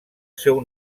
seu